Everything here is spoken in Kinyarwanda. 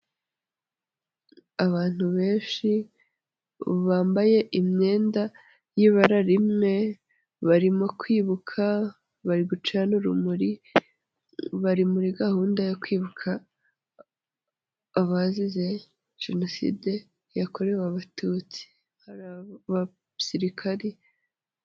Abantu benshi bambaye imyenda y'ibara rimwe, barimo kwibuka, bari gucana'urumuri, bari muri gahunda yo kwibuka abazize Jenoside yakorewe Abatutsi. Hari abasirikari.